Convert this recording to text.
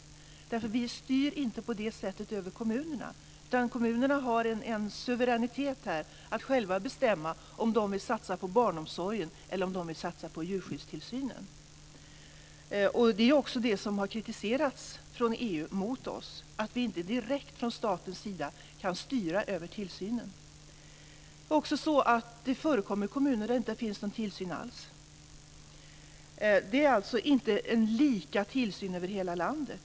Vi styr inte på det sättet över kommunerna, utan kommunerna har en suveränitet att själva bestämma om de vill satsa på barnomsorgen eller på djurskyddstillsynen. Det är också det som har kritiserats från EU, dvs. att vi inte direkt från statens sida kan styra över tillsynen. Det förekommer också kommuner där det inte finns någon tillsyn alls. Tillsynen är alltså inte likadan över hela landet.